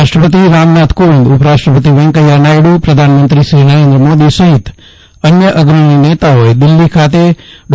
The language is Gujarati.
રાષ્ટ્રપતિ રામનાથ કોવિંદ ઉપરાષ્ટ્ર પતિ વૈકૈયા નાયડુ પ્રધાનમંત્રીશ્રી નરેન્દ્ર મોદી સફિત અન્ય અગ્રણી નેતાઓએ દિલ્ફી ખાતે ડો